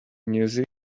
music